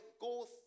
go